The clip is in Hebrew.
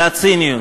לציניות.